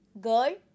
Girl